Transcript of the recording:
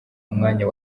umwanya